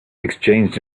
exchanged